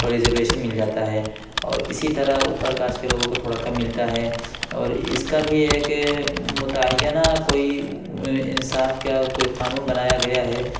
تو ریزرویشن مل جاتا ہے اور اسی طرح اوپر کاسٹ کے لوگوں کو تھوڑا کم ملتا ہے اور اس کا بھی ایک متعینہ کوئی انصاف کا کوئی قانون بنایا گیا ہے